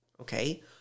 okay